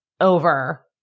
over